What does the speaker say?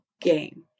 game